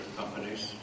companies